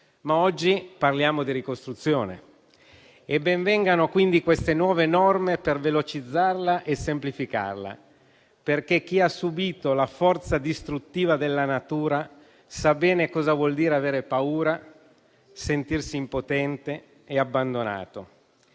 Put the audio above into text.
Ma oggi parliamo di ricostruzione e ben vengano quindi queste nuove norme per velocizzarla e semplificarla, perché chi ha subito la forza distruttiva della natura sa bene cosa vuol dire avere paura, sentirsi impotente e abbandonato.